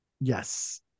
yes